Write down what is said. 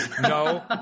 No